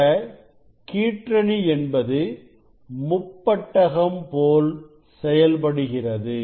இந்த கீற்றணி என்பது முப்பட்டகம் போல் செயல்படுகிறது